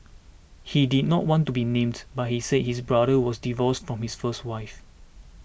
he did not want to be named but he said his brother was divorced from his first wife